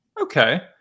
okay